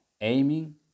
aiming